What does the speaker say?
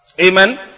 Amen